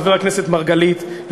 חבר הכנסת מרגלית,